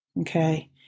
Okay